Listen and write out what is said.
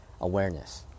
awareness